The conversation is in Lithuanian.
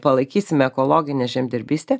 palaikysime ekologinę žemdirbystę